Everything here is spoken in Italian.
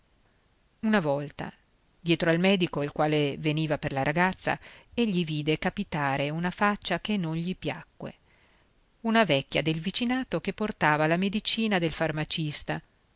una volta dietro al medico il quale veniva per la ragazza egli vide capitare una faccia che non gli piacque una vecchia del vicinato che portava la medicina del farmacista